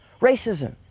racism